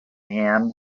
him